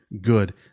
good